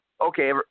okay